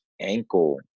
ankle